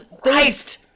Christ